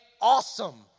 awesome